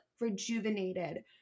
rejuvenated